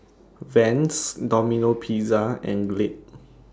Vans Domino Pizza and Glade